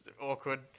awkward